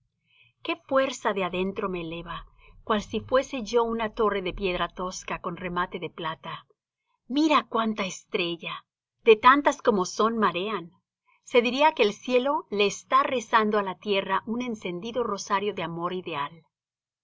qué fuerza de adentro me eleva cual si fuese yo una torre de piedra tosca con remate de plata mira cuánta estrella de tantas como son marean se diría que el cielo le está rezando á la tierra un encendido rosario de amor ideal